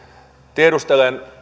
tiedustelen